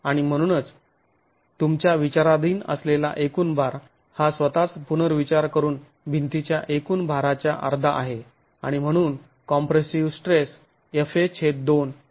आणि म्हणूनच तुमच्या विचाराधीन असलेला एकूण भार हा स्वतःच पुनर्विचार करून भिंतीच्या एकूण भाराच्या अर्धा आहे आणि म्हणून कॉम्प्रेसिव स्ट्रेस fa2 इतका आहे